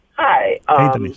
Hi